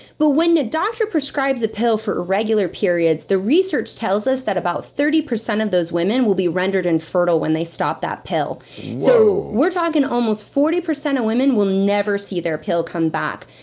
but when a doctor prescribes a pill for irregular periods, the research tells us that about thirty percent of those women will be rendered infertile when they stop that pill whoa so we're talking almost forty percent of women will never see their pill come back.